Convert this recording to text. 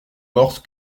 morte